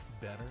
Better